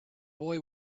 boy